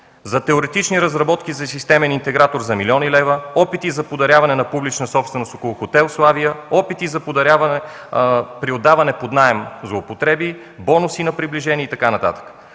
за теоретични разработки за системен интегратор за милиони левове, опити за подаряване на публична собственост около хотел „Славия”, опити за подаряване при отдаване под наем – злоупотреби, бонуси на приближени и така